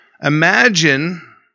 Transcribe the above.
Imagine